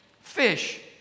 fish